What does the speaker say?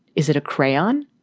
is it a crayon?